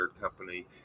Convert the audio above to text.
company